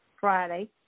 Friday